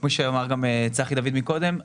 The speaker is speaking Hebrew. כמו שאמר גם צחי דוד מקודם,